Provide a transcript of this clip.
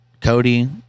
Cody